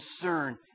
concern